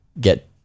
get